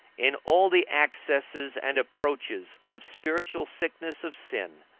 in all the accesses and approaches, of spiritual sicknesses of sin,